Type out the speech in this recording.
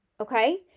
Okay